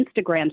Instagram